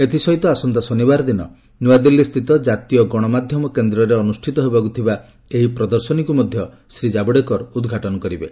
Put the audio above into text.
ଏଥିସହିତ ଆସନ୍ତା ଶନିବାରଦିନ ନୂଆଦିଲ୍ଲୀସ୍ଥିତ କାତୀୟ ଗଣମାଧ୍ୟମ କେନ୍ଦ୍ରରେ ଅନୁଷ୍ଠିତ ହେବାକୁ ଥିବା ଏହି ପ୍ରଦର୍ଶନୀକୁ ମଧ୍ୟ ଜାବଡେକର ଉଦ୍ଘାଟନ କରିବେ